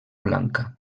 blanca